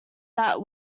that